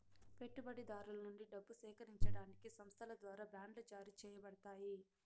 పెట్టుబడిదారుల నుండి డబ్బు సేకరించడానికి సంస్థల ద్వారా బాండ్లు జారీ చేయబడతాయి